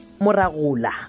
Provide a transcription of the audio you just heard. Moragula